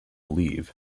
leave